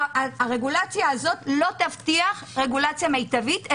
הרגולציה הזאת לא תבטיח רגולציה מיטבית,